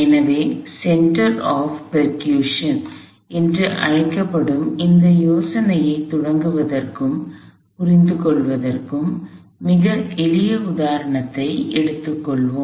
எனவேசென்டர் of percussion தாளத்தின் மையம் Center of percussion என்று அழைக்கப்படும் இந்த யோசனையைத் தொடங்குவதற்கும் புரிந்துகொள்வதற்கும் மிக எளிய உதாரணத்தை எடுத்துக்கொள்வோம்